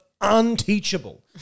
unteachable